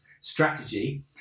strategy